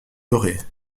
dorées